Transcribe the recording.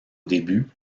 début